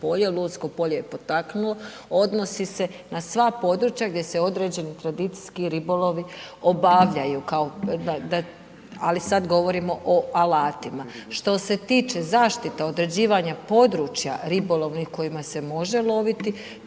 Lonjsko polje je potaknuo. Odnosi se na sva područja gdje se određeni tradicijski ribolovi obavljaju, kao, ali sad govorimo o alatima. Što se tiče zaštite određivanja područja ribolovnih u kojima se može loviti,